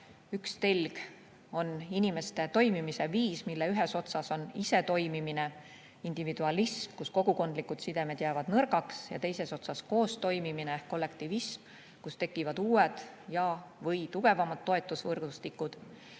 Üks telg on inimeste toimimise viis, mille ühes otsas on isetoimimine, individualism, mille korral kogukondlikud sidemed jäävad nõrgaks, ja teises otsas on koostoimimine, kollektivism, tänu millele tekivad uued ja/või tugevamad toetusvõrgustikud.